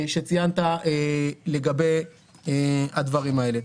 שציינת שתתקיים לגבי הדברים האלה.